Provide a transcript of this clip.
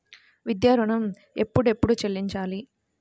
విద్యా ఋణం ఎప్పుడెప్పుడు చెల్లించాలి?